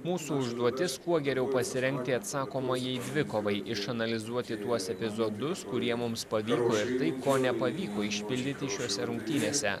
mūsų užduotis kuo geriau pasirengti atsakomajai dvikovai išanalizuoti tuos epizodus kurie mums pavy tai ko nepavyko išpildyti šiose rungtynėse